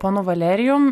ponu valerijum